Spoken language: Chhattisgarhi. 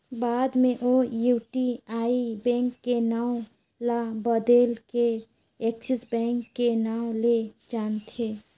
बाद मे ओ यूटीआई बेंक के नांव ल बदेल के एक्सिस बेंक के नांव ले जानथें